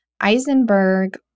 Eisenberg